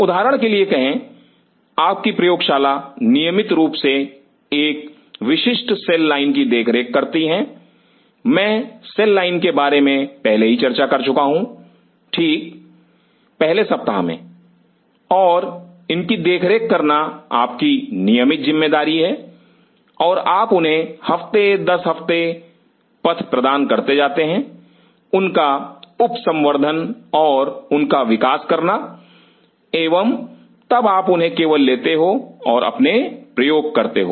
उदाहरण के लिए कहें आप की प्रयोगशाला नियमित रूप से एक विशिष्ट सेल लाइन की देखरेख करती हैं मैं सेल लाइन के बारे में पहले ही चर्चा कर चुका हूं ठीक पहले सप्ताह में और इनकी देखरेख करना आपकी नियमित जिम्मेदारी है और आप उन्हें हफ्ते 10 हफ्ते पथ प्रदान करते जाते हो उनका उप संवर्धन और उनका विकास करना एवं तब आप उन्हें केवल लेते हो और अपने प्रयोग करते हो